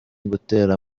gutera